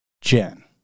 Jen